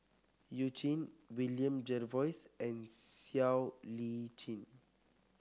You Jin William Jervois and Siow Lee Chin